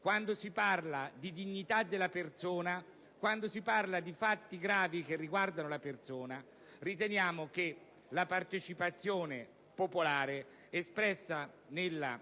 quando si parla di dignità della persona e di fatti gravi che riguardano la persona riteniamo che la partecipazione popolare espressa nella